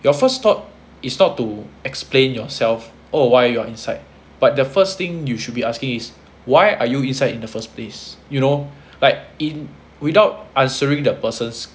your first stop is not to explain yourself oh why you are inside but the first thing you should be asking is why are you inside in the first place you know like in without answering the person's